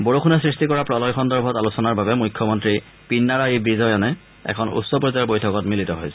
বৰষুণে সৃষ্টি কৰা প্ৰলয় সন্দৰ্ভত আলোচনাৰ বাবে মুখ্যমন্ত্ৰী পিন্নাৰায়ি বিজয়ন এখন উচ্চ পৰ্যায়ৰ বৈঠকত মিলিত হৈছে